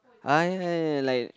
ah ya ya ya like